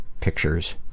pictures